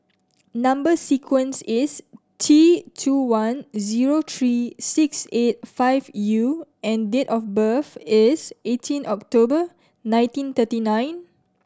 number sequence is T two one zero three six eight five U and date of birth is eighteen October nineteen thirty nine